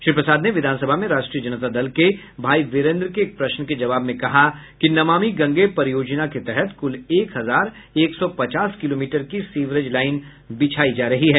श्री प्रसाद ने विधानसभा में राष्ट्रीय जनता दल के भाई वीरेन्द्र के एक प्रश्न के जवाब में कहा कि नमामि गंगे परियोजना के तहत कुल एक हजार एक सौ पचास किलोमीटर की सीवरेज लाईन बिछायी जा रही है